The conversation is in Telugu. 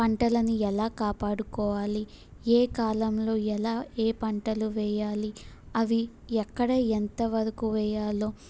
పంటలను ఎలా కాపాడుకోవాలి ఏ కాలంలో ఎలా ఏ పంటలు వేయాలి అవి ఎక్కడ ఎంతవరకు వేయాలో